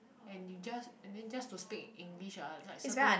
and you just and then just to speak in english ah like certain